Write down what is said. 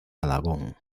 alagón